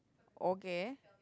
okay